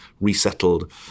resettled